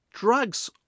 drugs